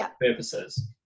purposes